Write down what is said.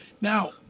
Now